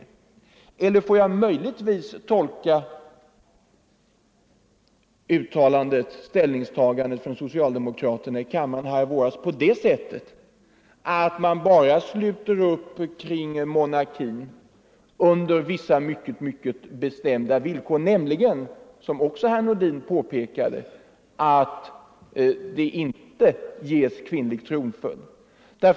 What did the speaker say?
Eller får jag möjligen tolka socialdemokraternas ställningstagande här i riksdagen i våras på det sättet att man bara sluter upp kring monarkin under det mycket bestämda villkoret — som herr Nordin också påpekade — att det inte blir någon kvinnlig tronföljd?